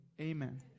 Amen